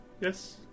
Yes